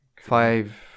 Five